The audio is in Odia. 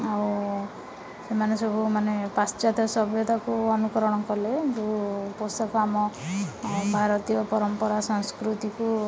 ଆଉ ସେମାନେ ସବୁ ମାନେ ପାଶ୍ଚାତ୍ୟ ସଭ୍ୟତାକୁ ଅନୁକରଣ କଲେ ଯେଉଁ ପୋଷାକ ଆମ ଭାରତୀୟ ପରମ୍ପରା ସଂସ୍କୃତିକୁ